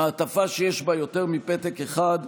מעטפה שיש בה יותר מפתק אחד,